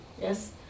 Yes